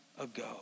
ago